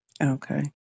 Okay